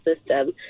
system